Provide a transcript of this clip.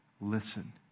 listen